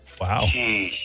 Wow